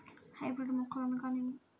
Hybrid మొక్కలు అనగానేమి?